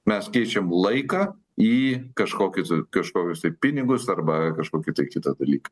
mes keičiam laiką į kažkokį tai kažkokius tai pinigus arba kažkokį tai kitą dalyką